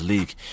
League